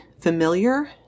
familiar